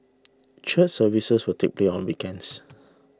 church services will take play on weekends